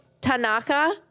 Tanaka